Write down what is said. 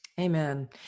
amen